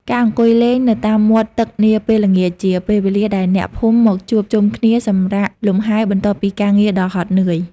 ការអង្គុយលេងនៅតាមមាត់ទឹកនាពេលល្ងាច ជាពេលវេលាដែលអ្នកភូមិមកជួបជុំគ្នាសម្រាកលំហែបន្ទាប់ពីការងារដ៏ហត់នឿយ។